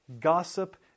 gossip